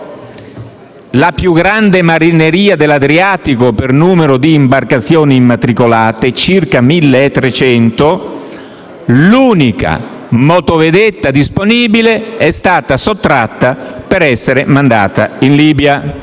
la più grande marineria dell'Adriatico per numero di imbarcazioni immatricolate (circa 1.300), dove l'unica motovedetta disponibile è stata sottratta per essere mandata in Libia.